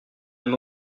mme